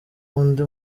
undi